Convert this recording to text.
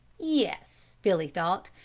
yes, billy thought,